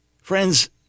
Friends